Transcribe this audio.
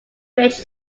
rich